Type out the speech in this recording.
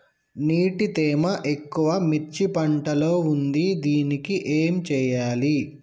నీటి తేమ ఎక్కువ మిర్చి పంట లో ఉంది దీనికి ఏం చేయాలి?